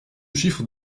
chiffre